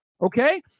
okay